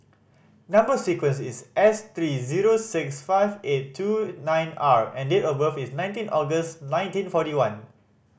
number sequence is S three zero six five eight two nine R and date of birth is nineteen August nineteen forty one